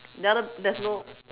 the other there's no